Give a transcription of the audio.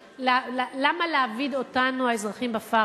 למה להעביד אותנו, האזרחים, בפרך?